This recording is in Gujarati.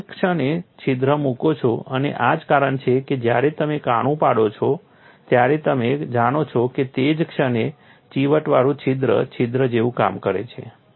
જે ક્ષણે તમે છિદ્ર મૂકો છો અને આ જ કારણ છે કે જ્યારે તમે કાણું પાડો છો ત્યારે તમે જાણો છો કે તે જ ક્ષણે ચીવટવાળું છિદ્ર છિદ્ર જેવું કામ કરે છે